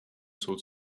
sort